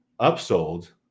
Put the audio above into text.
upsold